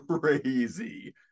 crazy